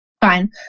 Fine